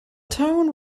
town